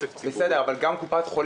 בספקטרום מאוד רחב